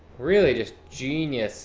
really just genius